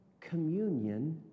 communion